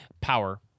Power